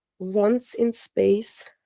once in space,